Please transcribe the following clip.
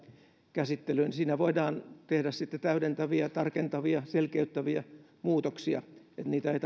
käsittelyyn voidaan tehdä sitten täydentäviä tarkentavia selkeyttäviä muutoksia eli niitä ei